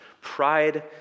pride